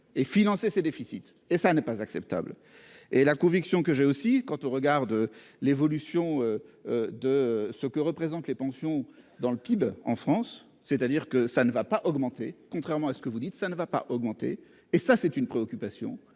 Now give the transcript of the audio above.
et financer ses déficits, et ça n'est pas acceptable et la conviction que j'ai aussi quant au regard de l'évolution. De ce que représente les pensions dans le PIB en France, c'est-à-dire que ça ne va pas augmenter. Contrairement à ce que vous dites ça ne va pas augmenter et ça c'est une préoccupation